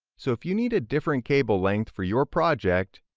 so if you need a different cable length for your project,